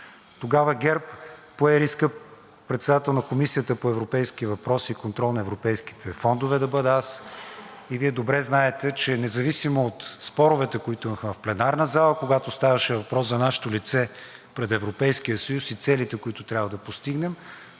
тогава ГЕРБ пое риска председател на Комисията по Европейски въпроси и контрол на европейските фондове да бъда аз. Вие добре знаете, че независимо от споровете, които имахме в пленарната зала, когато ставаше въпрос за нашето лице пред Европейския съюз и целите, които трябва да постигнем,